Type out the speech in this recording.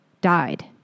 died